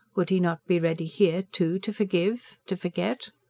would he not be ready here, too, to forgive. to forget?